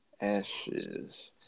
ashes